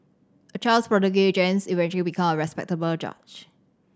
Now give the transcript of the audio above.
a child prodigy James eventually became a respected judge